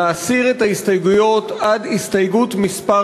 להסיר את ההסתייגויות עד הסתייגות מס'